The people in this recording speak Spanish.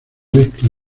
mezcla